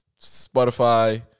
Spotify